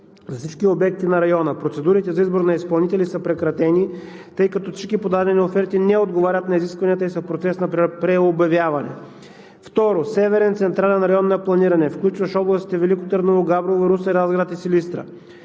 за всички обекти на района. Процедурите за избор на изпълнители са прекратени, тъй като всички подадени оферти не отговарят на изискванията и са в процес на преобявяване. Второ, Северен централен район на планиране, включващ областите Велико Търново, Габрово, Русе, Разград и Силистра.